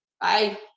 Bye